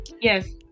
yes